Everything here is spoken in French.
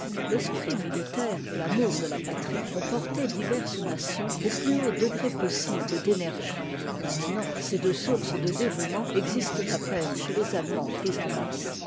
l'esprit militaire et amour de la patrie ont porté diverses nations au plus haut degré possible d'énergie maintenant ces deux sources de dévouement existent à peine chez les allemands pris en masse